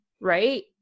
right